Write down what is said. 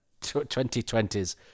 2020s